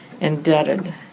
indebted